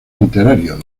literario